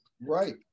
Right